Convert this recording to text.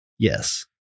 Yes